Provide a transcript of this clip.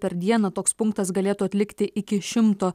per dieną toks punktas galėtų atlikti iki šimto